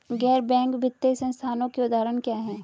गैर बैंक वित्तीय संस्थानों के उदाहरण क्या हैं?